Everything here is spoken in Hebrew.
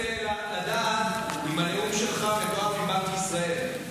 אני רק רוצה לדעת אם הנאום שלך מתואם עם בנק ישראל.